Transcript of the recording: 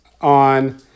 on